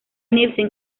nielsen